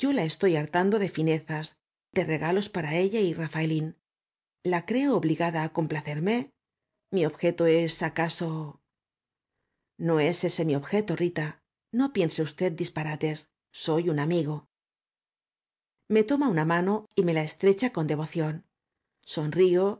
estoy hartando de finezas de regalos para ella y rafaelín la creo obligada á complacerme mi objeto es acaso no es ese mi objeto rita no piense usted disparates soy un amigo me toma una mano y me la estrecha con devoción sonrío y